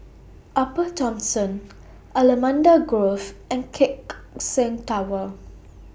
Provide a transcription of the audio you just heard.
Upper Thomson Allamanda Grove and Keck Seng Tower